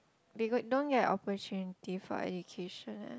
they got don't get opportunity for education